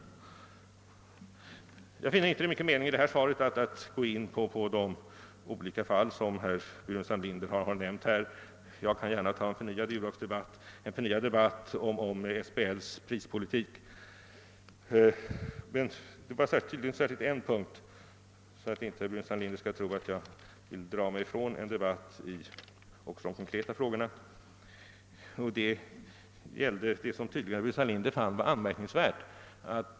Jag anser det inte vara mycket mening med att i detta svar gå in på de olika fall som herr Burenstam Linder nämnt, men jag kan gärna ta upp en ny debatt om prispolitik. Jag skall emellertid beröra en sak, så att inte herr Burenstam Linder tror att jag vill dra mig undan debatt om konkreta frågor. Det gäller någonting som herr Burenstam Linder tydligen fann anmärkningsvärt.